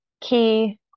KEY